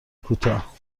کوتاه